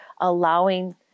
allowing